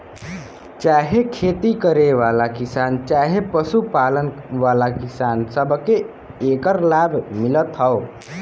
चाहे खेती करे वाला किसान चहे पशु पालन वाला किसान, सबके एकर लाभ मिलत हौ